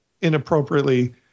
inappropriately